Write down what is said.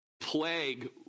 plague